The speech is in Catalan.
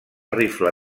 rifle